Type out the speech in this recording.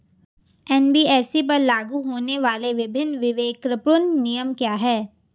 NBFC पर लागू होने वाले विभिन्न विवेकपूर्ण नियम क्या हैं?